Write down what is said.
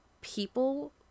people